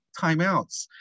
timeouts